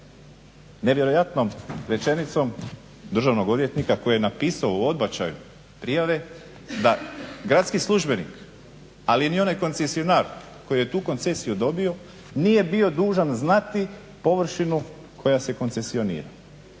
nevjerojatnom rečenicom državnog odvjetnika koji je napisao u odbačaju prijave da gradski službenik ali ni onaj koncesionar koji je tu koncesiju dobio nije bio dužan znati površinu koja se koncesionira.